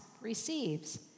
receives